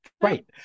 Right